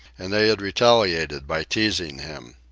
and they had retaliated by teasing him.